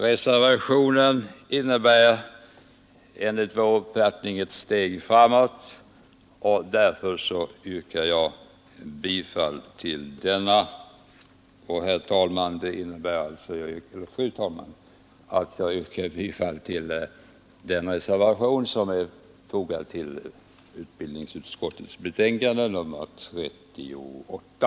Reservationen betyder därför enligt vår uppfattning ett steg framåt. Fru talman! Jag yrkar bifall till den reservation som fogats till utbildningsutskottets betänkande nr 38.